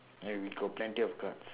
and we got plenty of cards